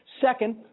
Second